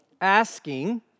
Asking